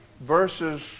verses